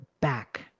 back